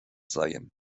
seien